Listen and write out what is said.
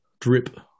drip